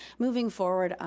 moving forward,